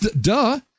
Duh